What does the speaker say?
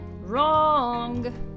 Wrong